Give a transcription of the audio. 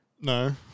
No